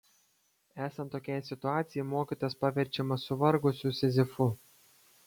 esant tokiai situacijai mokytojas paverčiamas suvargusiu sizifu